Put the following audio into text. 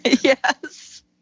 Yes